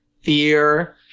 fear